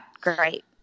Great